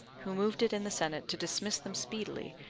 who moved it in the senate to dismiss them speedily,